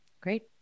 great